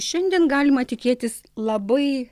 šiandien galima tikėtis labai